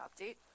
update